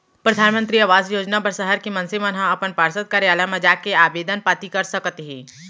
परधानमंतरी आवास योजना बर सहर के मनसे मन ह अपन पार्षद कारयालय म जाके आबेदन पाती कर सकत हे